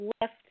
left